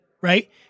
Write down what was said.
right